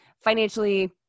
financially